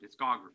discography